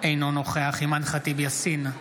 אינו נוכח אימאן ח'טיב יאסין,